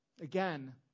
Again